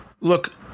look